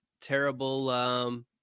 terrible